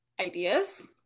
ideas